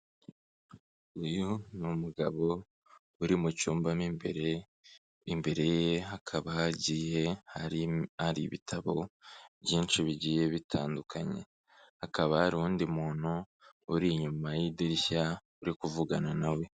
Uyu ni umugabo uri mu cyumba mu imbere, imbere ye hakaba hagiye hari hari ibitabo byinshi bigiye bitandukanye, Hakaba hari undi muntu uri inyuma y'idirishya uri kuvugana nawe.